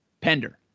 pender